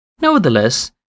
Nevertheless